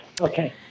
Okay